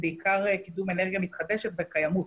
בעיקר קידום אנרגיה מתחדשת וקיימות,